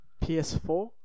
PS4